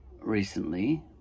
recently